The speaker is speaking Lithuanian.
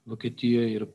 vokietijoj ir